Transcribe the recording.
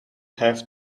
have